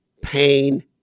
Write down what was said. pain